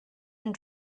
and